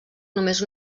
només